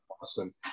Boston